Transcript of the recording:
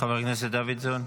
חבר הכנסת דוידסון.